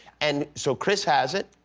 and so chris has it.